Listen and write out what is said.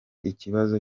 ikibazo